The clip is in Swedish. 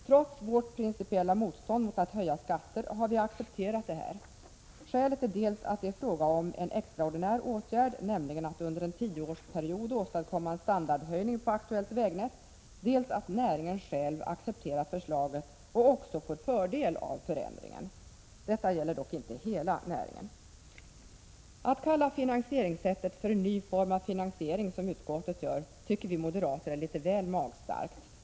Trots vårt principiella motstånd mot att höja skatter har vi accepterat det här. Skälet är dels att det är fråga om en extraordinär åtgärd, nämligen att under en tioårsperiod åstadkomma en standardhöjning på aktuellt vägnät, dels att näringen själv accepterat förslaget och också får fördel av förändringen. Detta gäller dock inte hela näringen. Att kalla finansieringssättet för en ny form av finansiering, som utskottet gör, tycker vi moderater är litet väl magstarkt.